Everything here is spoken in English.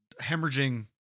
hemorrhaging